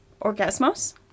Orgasmos